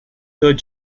third